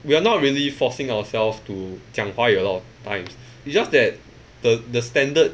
we're not really forcing ourselves to 讲华语 a lot of times it's just that the the standard